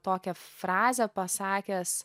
tokią frazę pasakęs